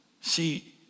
See